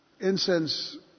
Incense